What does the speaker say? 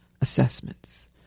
assessments